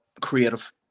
creative